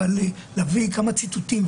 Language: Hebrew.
אבל להביא כמה ציטוטים,